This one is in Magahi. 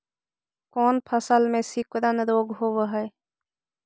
कोन फ़सल में सिकुड़न रोग होब है?